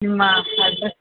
ನಿಮ್ಮ ಅಡ್ರಸ್